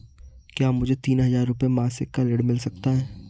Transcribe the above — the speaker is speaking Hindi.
क्या मुझे तीन हज़ार रूपये मासिक का ऋण मिल सकता है?